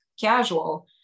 casual